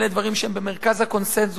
אלה דברים שהם במרכז הקונסנזוס,